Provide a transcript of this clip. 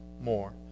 more